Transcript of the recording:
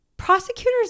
Prosecutors